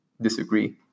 disagree